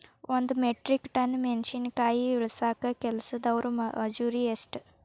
ಒಂದ್ metric tonne ಮೆಣಸಿನಕಾಯಿ ಇಳಸಾಕ್ ಕೆಲಸ್ದವರ ಮಜೂರಿ ಎಷ್ಟ?